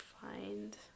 find